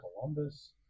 Columbus